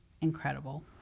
Incredible